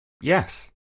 Yes